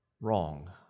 wrong